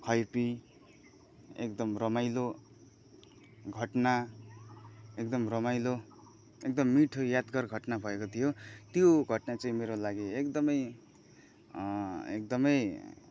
खुवाइपिई एकदम रमाइलो घटना एकदम रमाइलो एकदम मिठो यादगार घटना भएको थियो त्यो घटना चाहिँ मेरो लागि एकदमै एकदमै